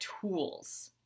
tools